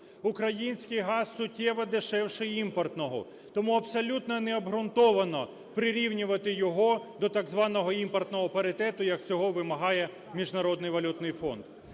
Український газ суттєво дешевше імпортного, тому абсолютно необґрунтовано прирівнювати його до так званого імпортного паритету, як цього вимагає Міжнародний валютний фонд.